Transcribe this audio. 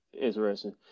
interesting